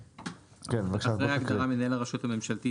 (2) אחרי ההגדרה "מנהל הרשות הממשלתית"